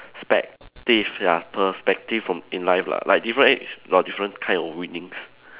~spective ya perspective from in life lah like different age got different kind of winnings